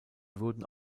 wurden